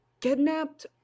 kidnapped